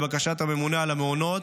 לבקשת הממונה על המעונות